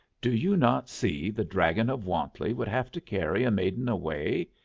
do you not see the dragon of wantley would have to carry a maiden away?